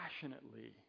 passionately